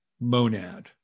monad